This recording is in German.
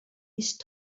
ist